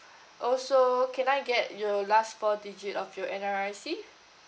also can I get your last four digit of your N_R_I_C